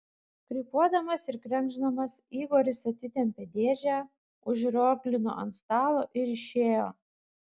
krypuodamas ir krenkšdamas igoris atitempė dėžę užrioglino ant stalo ir išėjo